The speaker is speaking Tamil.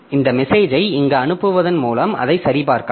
இந்த மெசேஜை இங்கு அனுப்புவதன் மூலம் அதை சரிபார்க்கலாம்